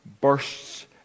bursts